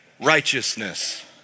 righteousness